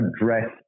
address